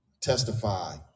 testify